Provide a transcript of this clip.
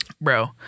Bro